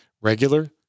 Regular